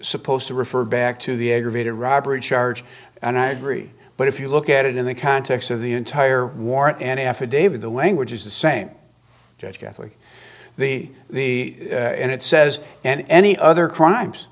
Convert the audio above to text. supposed to refer back to the aggravated robbery charge and i agree but if you look at it in the context of the entire warrant and affidavit the language is the same judge catholic the the and it says and any other crimes